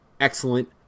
excellent